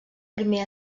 primer